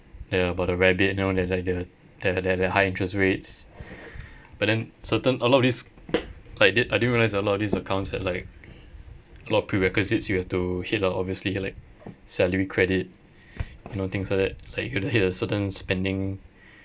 yeah about the rabbit you know they're like the their their high interest rates but then certain a lot of this like did I didn't realise a lot of these accounts had like a lot of prerequisites you have to hit the obviously you like salary credit you know things like that like you have to hit a certain spending